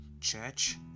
church